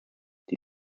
die